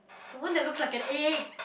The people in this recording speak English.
the one that looks like an egg